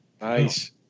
Nice